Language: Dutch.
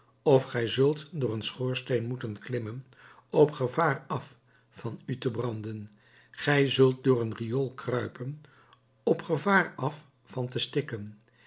of gij zult door een schoorsteen moeten klimmen op gevaar af van u te branden of gij zult door een riool kruipen op gevaar af van te stikken